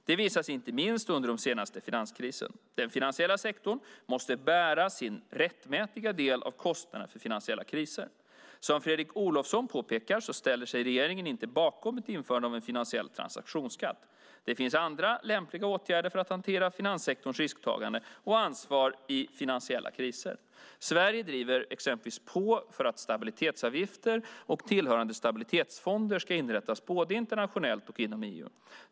Det visade sig inte minst under den senaste finanskrisen. Den finansiella sektorn måste bära sin rättmätiga del av kostnaderna för finansiella kriser. Som Fredrik Olovsson påpekar ställer sig regeringen inte bakom ett införande av en finansiell transaktionsskatt. Det finns andra lämpliga åtgärder för att hantera finanssektorns risktagande och ansvar i finansiella kriser. Sverige driver exempelvis på för att stabilitetsavgifter och tillhörande stabilitetsfonder ska inrättas både internationellt och inom EU.